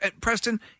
Preston